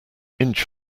inch